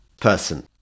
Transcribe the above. person